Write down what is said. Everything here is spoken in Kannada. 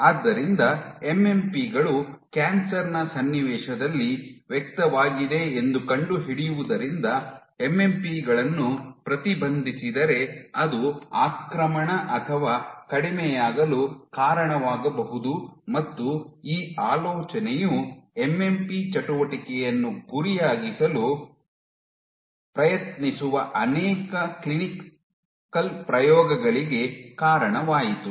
ಆದ್ದರಿಂದ ಎಂಎಂಪಿ ಗಳು ಕ್ಯಾನ್ಸರ್ ನ ಸನ್ನಿವೇಶದಲ್ಲಿ ವ್ಯಕ್ತವಾಗಿದೆಯೆಂದು ಕಂಡುಹಿಡಿಯುವುದರಿಂದ ಎಂಎಂಪಿ ಗಳನ್ನು ಪ್ರತಿಬಂಧಿಸಿದರೆ ಅದು ಆಕ್ರಮಣ ಅಥವಾ ಕಡಿಮೆಯಾಗಲು ಕಾರಣವಾಗಬಹುದು ಮತ್ತು ಈ ಆಲೋಚನೆಯು ಎಂಎಂಪಿ ಚಟುವಟಿಕೆಯನ್ನು ಗುರಿಯಾಗಿಸಲು ಪ್ರಯತ್ನಿಸುವ ಅನೇಕ ಕ್ಲಿನಿಕಲ್ ಪ್ರಯೋಗಗಳಿಗೆ ಕಾರಣವಾಯಿತು